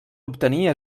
obtenir